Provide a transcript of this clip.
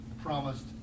promised